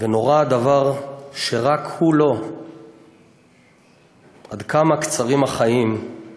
\ ונורא הדבר שרק הוא לא, \ עד כמה קצרים החיים, \